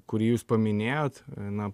kurį jūs paminėjot na